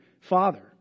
father